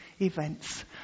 events